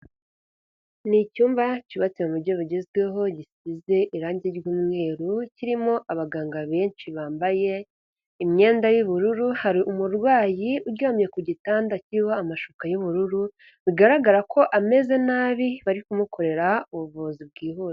Ni icyumba cyubatse mu buryo bugezweho gisize irangi ry'umweru kirimo abaganga benshi bambaye imyenda y'ubururu, hari umurwayi uryamye ku gitanda kiriho amashuka y'ubururu bigaragara ko ameze nabi bari kumukorera ubuvuzi bwihuse.